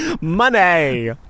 Money